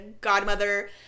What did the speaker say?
godmother